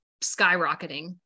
skyrocketing